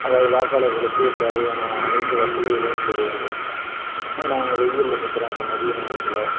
அதாவது வாக்காளர்களுக்கு தேவையான அனைத்து வசதிகளையும் செய்ய வேண்டும் ஏன்னா அவங்க வெயில்ல நிற்கிறாங்க மதிய நேரத்தில்